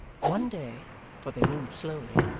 one day for they moved slowly,